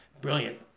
Brilliant